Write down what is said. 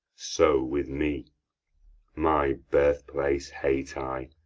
so with me my birthplace hate i,